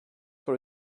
sur